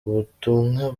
ubutumwa